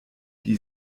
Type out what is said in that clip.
die